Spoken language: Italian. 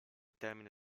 termine